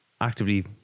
actively